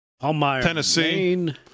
Tennessee